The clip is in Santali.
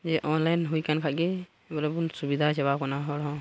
ᱡᱮ ᱚᱱᱞᱟᱭᱤᱱ ᱦᱩᱭᱠᱟᱱ ᱠᱷᱟᱱᱜᱮ ᱯᱩᱨᱟᱹᱵᱚᱱ ᱥᱩᱵᱤᱫᱷᱟ ᱪᱟᱵᱟᱣ ᱠᱟᱱᱟ ᱦᱚᱲ ᱦᱚᱸ